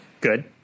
Good